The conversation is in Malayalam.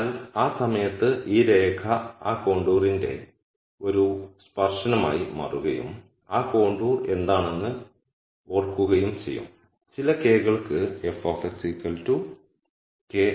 അതിനാൽ ആ സമയത്ത് ഈ രേഖ ആ കോണ്ടൂരിന്റെ ഒരു സ്പർശനമായി മാറുകയും ആ കോണ്ടൂർ എന്താണെന്ന് ഓർക്കുകയും ചെയ്യും ചില k കൾക്ക് f k ആണ്